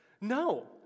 No